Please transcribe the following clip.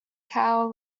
cow